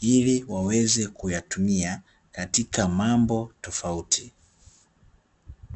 ili waweze kuyatumia katika mambo tofauti.